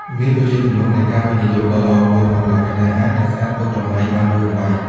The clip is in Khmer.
មាសក៏ជាទម្រង់នៃការវិនិយោគដ៏ល្អមួយផងដែរ ដែលអាចរក្សាទុកតម្លៃបានយូរអង្វែង។